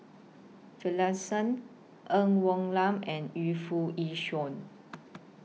Finlayson Ng Woon Lam and Yu Foo Yee Shoon